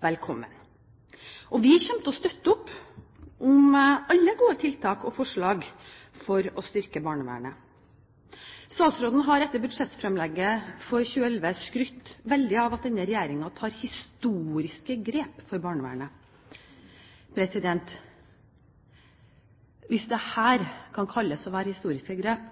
Vi kommer til å støtte opp om alle gode tiltak og forslag for å styrke barnevernet. Statsråden har etter budsjettfremlegget for 2011 skrytt veldig av at denne regjeringen tar historiske grep når det gjelder barnevernet. Hvis dette kan kalles historiske grep,